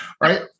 right